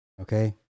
Okay